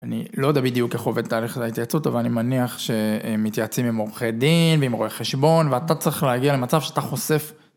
אני לא יודע בדיוק איך עובד תהליך ההתייעצות אבל אני מניח שהם מתייעצים עם עורכי דין ועם רואה חשבון ואתה צריך להגיע למצב שאתה חושף